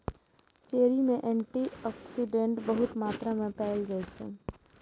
cherry मे antioxidant बहुत मात्रा मे पाएल जाइ छै